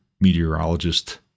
meteorologist